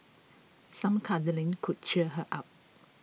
some cuddling could cheer her up